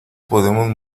podemos